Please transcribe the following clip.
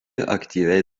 aktyviai